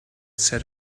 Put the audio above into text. said